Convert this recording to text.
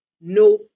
no